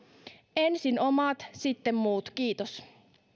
ensin omat sitten muut kiitos